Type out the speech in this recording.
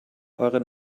euren